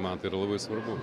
man tai yra labai svarbu